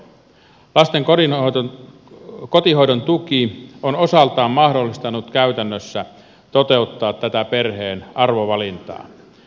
lasten kotihoidon tuki on osaltaan mahdollistanut käytännössä toteuttaa tätä perheen arvovalintaa